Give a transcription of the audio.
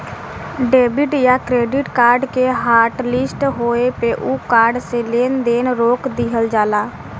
debit या credit card के hotlist होये पे उ कार्ड से लेन देन रोक दिहल जाला